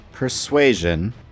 persuasion